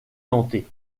hantée